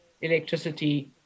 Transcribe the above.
electricity